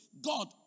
God